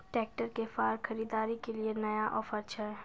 Tractor के फार खरीदारी के लिए नया ऑफर छ?